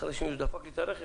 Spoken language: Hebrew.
אחרי שמישהו דפק לי את הרכב